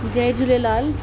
Jay Jhulelal